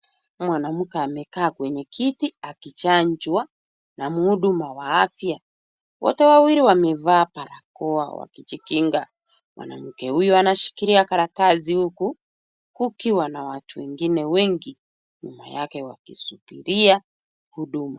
Mwanamke amekaa kwenye kiti akichanjwa na mhuduma wa afya. Wote wawili wamevaa barakoa wakijikinga. Mwanamke huyu anashikilia karatasi huku kukiwa na watu wengine wengi nyuma yake wakisubiria huduma.